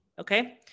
Okay